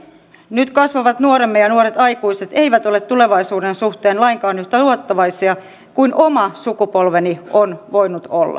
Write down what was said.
nyt kasvavat nuoremme ja nuoret aikuiset eivät ole tulevaisuuden suhteen lainkaan yhtä luottavaisia kuin oma sukupolveni on voinut olla